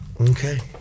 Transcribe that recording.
okay